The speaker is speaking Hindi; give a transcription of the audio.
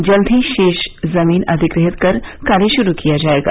जल्द ही शेष जमीन अधिग्रहीत कर कार्य शूर् किया जायेगा